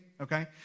okay